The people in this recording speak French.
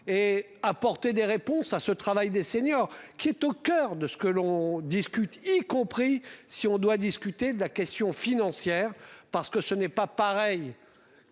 et apporter des réponses à ce travail des seniors qui est au coeur de ce que l'on discute, y compris si on doit discuter de la question financière parce que ce n'est pas pareil.